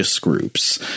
groups